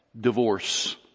divorce